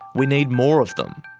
we need more of them.